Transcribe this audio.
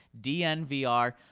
dnvr